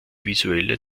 visuelle